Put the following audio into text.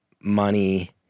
money